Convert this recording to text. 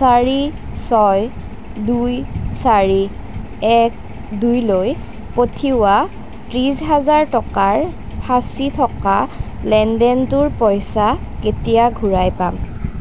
চাৰি ছয় দুই চাৰি এক দুইলৈ পঠিওৱা ত্ৰিছ হাজাৰ টকাৰ ফঁচি থকা লেনেদেনটোৰ পইচা কেতিয়া ঘুৰাই পাম